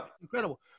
incredible